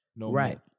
Right